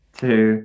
two